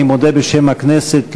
אני מודה בשם הכנסת ליעל,